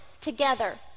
together